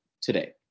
today